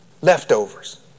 Leftovers